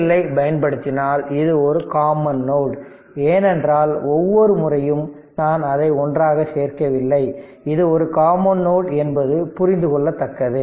L ஐப் பயன்படுத்தினால் இது ஒரு காமன் நோட் ஏனென்றால் ஒவ்வொரு முறையும் நான் அதை ஒன்றாக சேர்க்கவில்லை இது ஒரு காமன் நோட் என்பது புரிந்து கொள்ளத்தக்கது